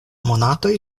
monatoj